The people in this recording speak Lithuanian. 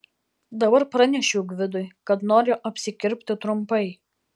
dabar pranešiau gvidui kad noriu apsikirpti trumpai